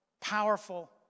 powerful